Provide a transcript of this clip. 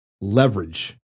leverage